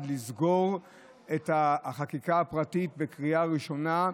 לסגור את החקיקה הפרטית בקריאה ראשונה.